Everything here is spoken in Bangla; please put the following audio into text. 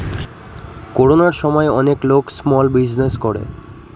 করোনার সময় অনেক লোক স্মল বিজনেস করে